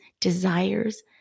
desires